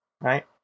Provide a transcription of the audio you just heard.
Right